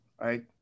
right